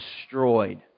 destroyed